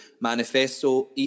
manifesto